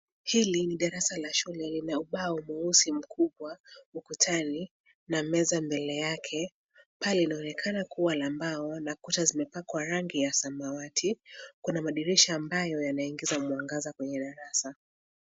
Hili ni darasa la shule, lina ubao mweusi mkubwa ukutani na meza mbele yake. Paa linaonekana kuwa la mbao na kuta zimepakwa rangi ya samawati. Kuna madirisha ambayo yanaingiza mwangaza kwenye darasa.